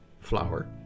flour